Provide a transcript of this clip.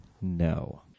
No